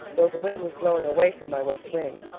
though the wind was blowing away from my west wing.